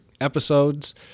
episodes